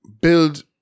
build